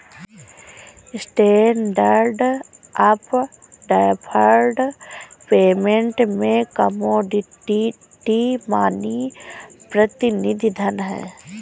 standard of deferred payment में commodity money प्रतिनिधि धन हैं